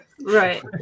Right